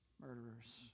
murderers